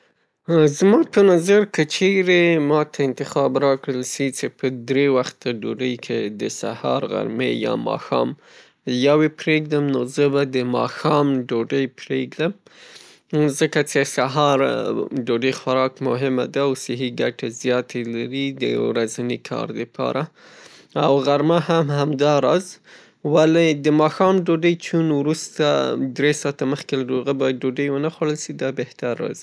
زما په نظر کې چیرې ماته انتخاب راکړل سي، په دری وخته ډوډی کې د سهار، غرمې یا ماښام یو یې پریږدم؛ نو زه به د ماښام ډوډی پریږدم، ځکه څې د سهار ډوډۍ خوراک مهمه ده او صحي ګټې زیاتې لري. د ورځني کار د پاره او غرمه هم همداراز. ولې د ماښام ډوډی چون وروسته دری ساعته د دوغه باید ډوډي ونه خوړل سي دا بهتره راځي.